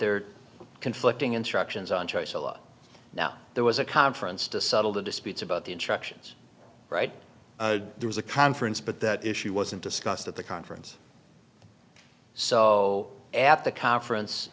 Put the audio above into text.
are conflicting instructions on choice a lot now there was a conference to settle the disputes about the instructions right there was a conference but that issue wasn't discussed at the conference so at the conference